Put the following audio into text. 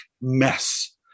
mess